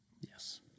Yes